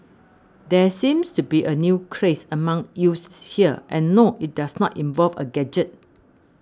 there seems to be a new craze among youths here and no it does not involve a gadget